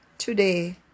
Today